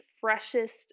freshest